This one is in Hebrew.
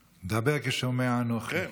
דבר, כי שומע אנוכי.